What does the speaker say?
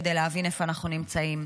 כדי להבין איפה אנחנו נמצאים.